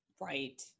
Right